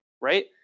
right